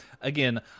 Again